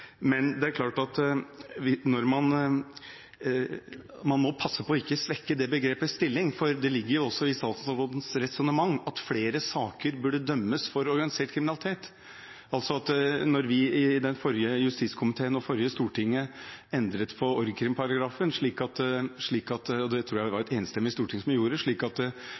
men man må passe på ikke å svekke det begrepets stilling, for det ligger jo også i statsrådens resonnement at det i flere saker burde dømmes for organisert kriminalitet. Da vi i den forrige justiskomiteen og det forrige storting endret på org.krim-paragrafen, og det tror jeg det var et enstemmig storting som gjorde, slik at